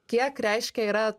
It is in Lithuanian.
kiek reiškia yra